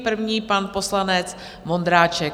První pan poslanec Vondráček.